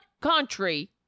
country